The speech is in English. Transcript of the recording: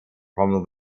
from